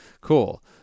Cool